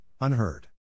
unheard